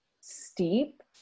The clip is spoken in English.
steep